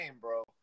bro